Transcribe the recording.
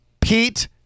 pete